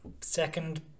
second